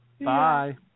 Bye